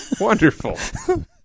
Wonderful